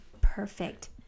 perfect